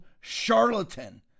charlatan